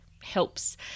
helps